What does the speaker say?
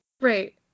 Right